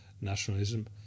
nationalism